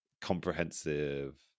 comprehensive